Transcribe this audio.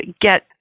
get